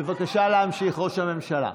בבקשה להמשיך, ראש הממשלה.